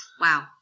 Wow